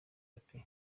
ati